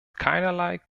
keinerlei